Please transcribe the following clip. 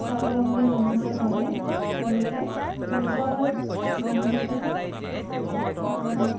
স্বাৱলম্বী নোহোৱাৰ বাবে তেওঁলোকে নিজৰ মানুহকে